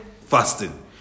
fasting